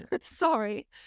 Sorry